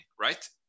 right